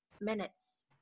minutes